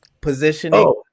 positioning